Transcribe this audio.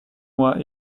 mois